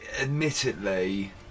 admittedly